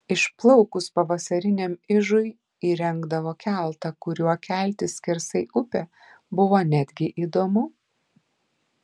išplaukus pavasariniam ižui įrengdavo keltą kuriuo keltis skersai upę buvo netgi įdomu